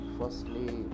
firstly